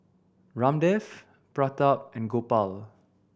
Ramdev Pratap and Gopal